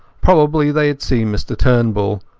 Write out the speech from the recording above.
probably they had seen mr turnbull,